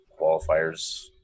qualifiers